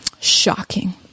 Shocking